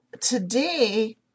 today